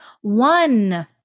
one